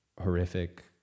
horrific